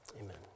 amen